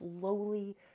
slowly